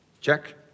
Check